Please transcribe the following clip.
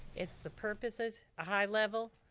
it's the purposes, a high level,